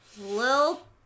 Little